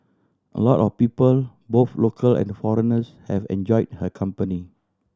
a lot of people both local and foreigners have enjoyed her company